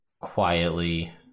quietly